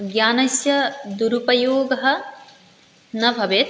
ज्ञानस्य दुरुपयोगः न भवेत्